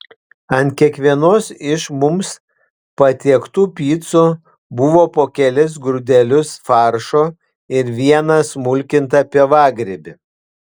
ant kiekvienos iš mums patiektų picų buvo po kelis grūdelius faršo ir vieną smulkintą pievagrybį